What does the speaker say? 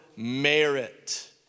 merit